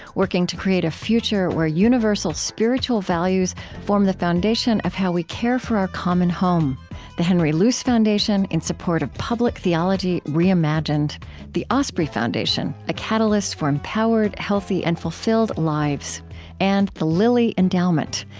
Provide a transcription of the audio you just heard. working to create a future where universal spiritual values form the foundation of how we care for our common home the henry luce foundation, in support of public theology reimagined the osprey foundation, a catalyst for empowered, healthy, and fulfilled lives and the lilly endowment,